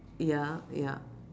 ya ya